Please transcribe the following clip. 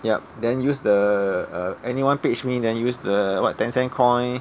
yup then use the uh anyone page me then use the what ten cent coin